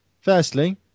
firstly